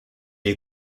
est